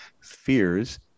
fears